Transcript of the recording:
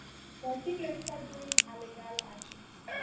so i think, let's start doing ah like um actions.